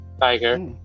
Tiger